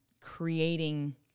creating